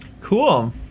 Cool